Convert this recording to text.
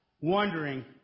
wondering